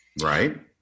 Right